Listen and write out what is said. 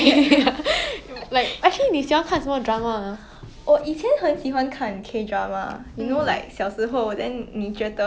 reality mm ya